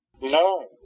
No